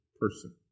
person